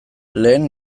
lehen